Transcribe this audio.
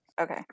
Okay